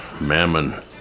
Mammon